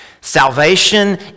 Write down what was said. salvation